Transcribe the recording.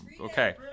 okay